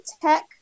tech